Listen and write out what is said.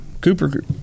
Cooper